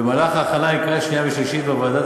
במהלך ההכנה לקריאה שנייה ושלישית בוועדת